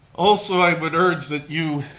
also i would urge that you